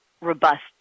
robust